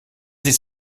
sich